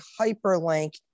hyperlink